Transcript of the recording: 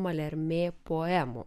malermė poemų